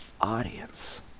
audience